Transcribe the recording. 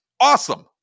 awesome